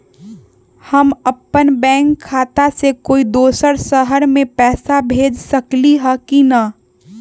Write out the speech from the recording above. हम अपन बैंक खाता से कोई दोसर शहर में पैसा भेज सकली ह की न?